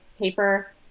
paper